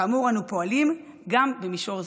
כאמור, אנו פועלים גם במישור זה.